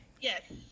Yes